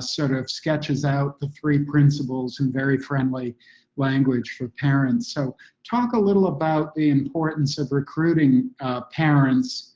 sort of sketches out the three principles in very friendly language for parents. so talk a little about the importance of recruiting parents